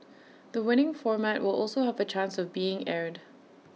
the winning format will also have A chance of being aired